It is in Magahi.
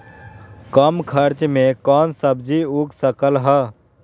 कम खर्च मे कौन सब्जी उग सकल ह?